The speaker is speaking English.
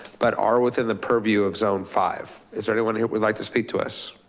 but are within the purview of zone five. is there anyone who would like to speak to us?